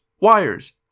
wires